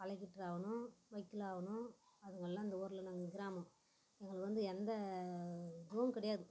collector ஆகணும் வக்கில் ஆகணும் அதுங்கெல்லாம் இந்த ஊரில் நாங்கள் கிராமம் எங்களுக்கு வந்து எந்த இதுவும் கிடையாது